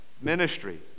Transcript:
ministry